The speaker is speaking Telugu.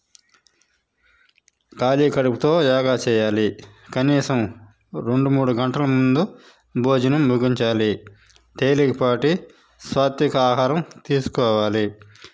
ఖాళీ కడుపుతో యోగా చెయ్యాలి కనీసం రెండు మూడు గంటల ముందు భోజనం ముగించాలి తేలికపాటి సాత్విక ఆహారం తీసుకోవాలి